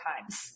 times